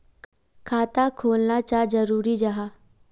खाता खोलना चाँ जरुरी जाहा?